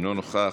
אינו נוכח,